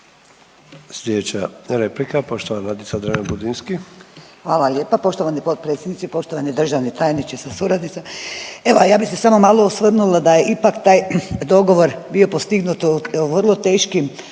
Slijedeća replika poštovana Nadica Dreven Budinski. **Dreven Budinski, Nadica (HDZ)** Hvala lijepa poštovani potpredsjedniče. Poštovani državni tajniče sa suradnicom, evo ja bi se samo malo osvrnula da je ipak taj dogovor bio postignut u vrlo teškim okolnostima